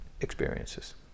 experiences